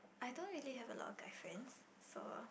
I don't really have a lot of guy friends so